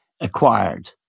acquired